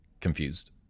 confused